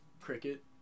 cricket